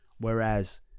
whereas